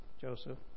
Joseph